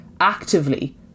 actively